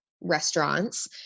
restaurants